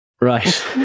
right